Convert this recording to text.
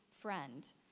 friend